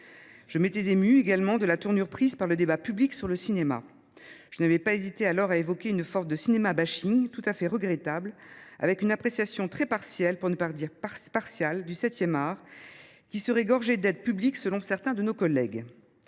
je m’étais également émue de la tournure prise par le débat public sur le cinéma. Je n’avais pas hésité à évoquer une forme de cinéma bashing tout à fait regrettable, avec une appréciation très partielle – pour ne pas dire partiale – du septième art que certains de nos collègues